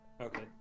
Okay